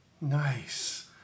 Nice